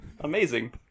Amazing